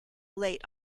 late